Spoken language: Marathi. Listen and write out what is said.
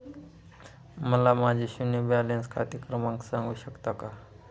मला माझे शून्य बॅलन्स खाते क्रमांक सांगू शकता का?